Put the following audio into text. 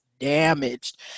damaged